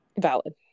Valid